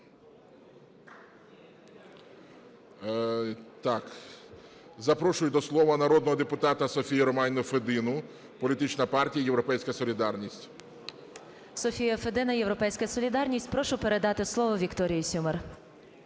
Так, запрошую до слова народного депутата Софію Романівну Федину, політична партія "Європейська солідарність". 11:58:09 ФЕДИНА С.Р. Софія Федина, "Європейська солідарність". Прошу передати слово Вікторії Сюмар.